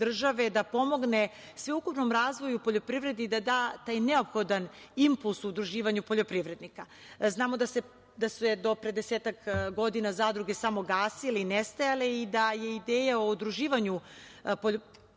da pomogne sveukupnom razvoju poljoprivredi i da da taj neophodan impuls u udruživanju poljoprivrednika. Znamo da su se do pre desetak godina zadruge samo gasile i nestajale, i da je ideja o udruživanju, pogotovo za